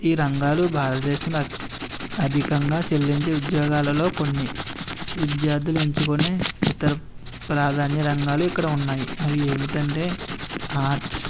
ఈ రంగాలు భారతదేశంలో అత్ అధికంగా చెల్లించే ఉద్యోగాలలో కొన్ని విద్యార్థులు ఎంచుకునే ఇతర ప్రధాన రంగాలు ఇక్కడ ఉన్నాయి అవి ఏంటంటే ఆర్ట్స్